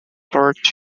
torch